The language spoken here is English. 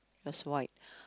that's white